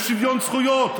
יש שוויון זכויות,